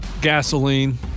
Gasoline